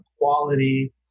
quality